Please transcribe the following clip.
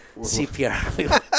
CPR